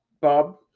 Bob